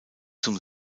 zum